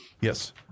Yes